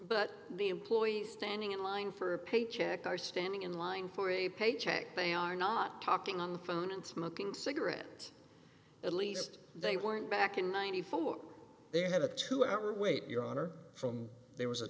but the employee standing in line for a pay check are standing in line for a pay check they are not talking on the phone and smoking cigarettes at least they weren't back in ninety four they had a two hour wait your honor from there was a